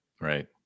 Right